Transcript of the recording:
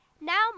now